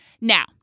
Now